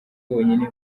bonyine